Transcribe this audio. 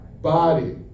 body